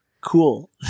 cool